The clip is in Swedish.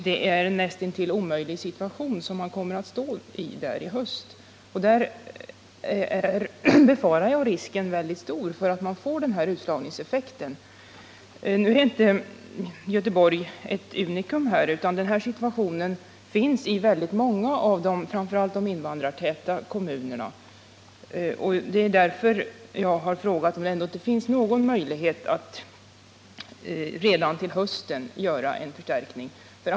Det är en näst intill omöjlig situation man kommer att ha däri höst. Där är, befarar jag, risken väldigt stor för att man får en situation där många invandrarelever kommer att sluta skolan. Nu är Göteborg inte något unikum, utan den här situationen finns i väldigt många av framför allt de invandrartäta kommunerna. Och det är därför jag frågat om det ändå inte finns någon möjlighet att redan till hösten göra förstärkningar.